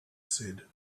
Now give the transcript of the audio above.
said